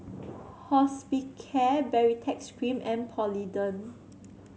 Hospicare Baritex Cream and Polident